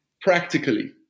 practically